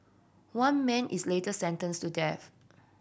one man is later sentenced to death